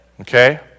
okay